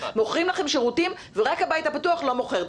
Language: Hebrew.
מוכרים לכם שירותים ורק הבית הפתוח לא מוכר?